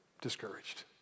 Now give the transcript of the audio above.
discouraged